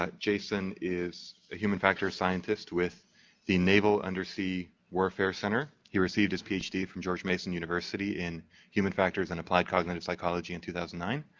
ah jason is a human factors scientist with the naval undersea warfare center. he received his ph d. from george mason university in human factors and applied cognitive psychology in two thousand and nine.